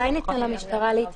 אפשר להתייחס?